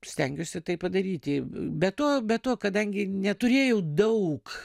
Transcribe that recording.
stengiuosi tai padaryti be to be to kadangi neturėjau daug